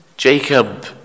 Jacob